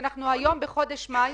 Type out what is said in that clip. היום אנחנו בחודש מאי,